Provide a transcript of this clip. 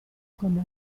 come